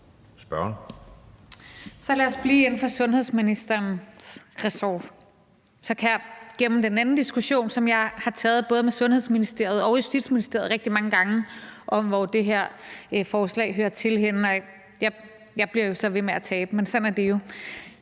Så lad os blive inden for sundhedsministerens ressort. Så kan jeg gemme den anden diskussion, som jeg har taget med både Sundhedsministeriet og Justitsministeriet rigtig mange gange, om, hvor det her forslag hører til henne. Jeg bliver jo så ved med at tabe, men sådan er det jo.